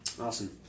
Awesome